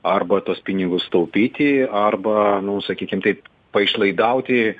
arba tuos pinigus taupyti arba nu sakykim taip paišlaidauti